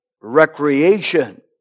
recreation